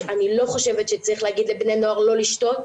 שאני לא חושבת שצריך להגיד לבני נוער לא לשתות,